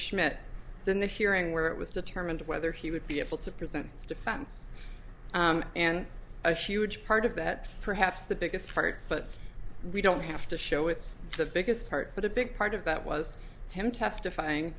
schmidt than the hearing where it was determined whether he would be able to present its defense and a huge part of that perhaps the biggest part but we don't have to show it's the biggest part but a big part of that was him testifying